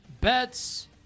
bets